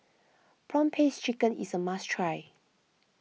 Prawn Paste Chicken is a must try